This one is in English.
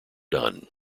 done